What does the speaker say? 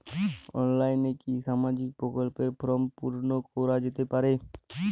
অনলাইনে কি সামাজিক প্রকল্পর ফর্ম পূর্ন করা যেতে পারে?